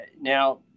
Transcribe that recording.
now